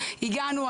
הגענו,